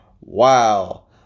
Wow